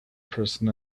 person